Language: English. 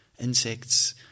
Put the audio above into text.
Insects